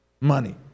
money